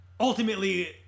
ultimately